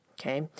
Okay